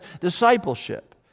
discipleship